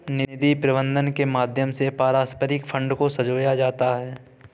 निधि प्रबन्धन के माध्यम से पारस्परिक फंड को संजोया जाता है